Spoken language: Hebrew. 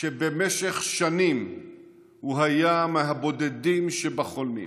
שבמשך שנים הוא היה מהבודדים שבחולמים.